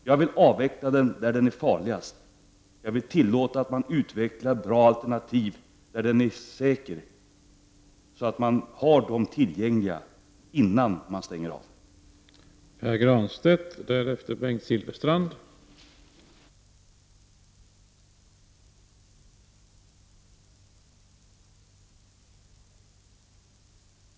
Jag vill att man avvecklar kärnkraften där den är farligast, och jag vill tillåta att man utvecklar bra alternativ där kärnkraften är säker, så att dessa alternativ finns tillgängliga innan kärnkraftverket stängs.